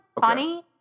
Funny